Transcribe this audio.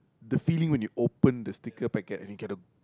the feeling when you open the sticker packer and you get a